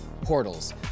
portals